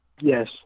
Yes